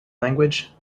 language